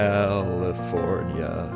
California